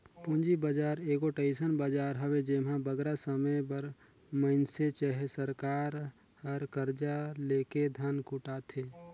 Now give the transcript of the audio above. पूंजी बजार एगोट अइसन बजार हवे जेम्हां बगरा समे बर मइनसे चहे सरकार हर करजा लेके धन जुटाथे